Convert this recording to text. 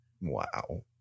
Wow